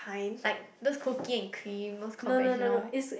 like those cookie and cream those conventional